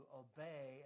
obey